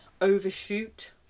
overshoot